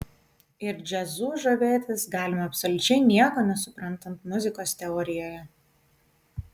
ir džiazu žavėtis galima absoliučiai nieko nesuprantant muzikos teorijoje